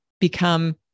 become